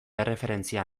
erreferentzia